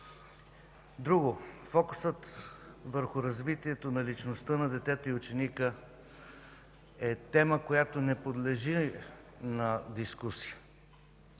Фокусът върху развитието на личността на детето и ученика е тема, която не подлежи на дискусия.